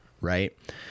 right